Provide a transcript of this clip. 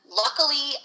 luckily